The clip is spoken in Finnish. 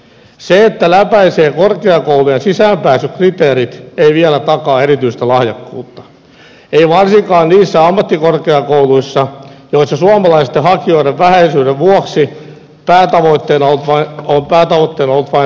se että läpäisee korkeakoulujen sisäänpääsykriteerit ei vielä takaa erityistä lahjakkuutta ei varsinkaan niissä ammattikorkeakouluissa joissa suomalaisten hakijoiden vähäisyyden vuoksi päätavoitteena on ollut vain saada linjat täyteen